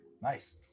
Nice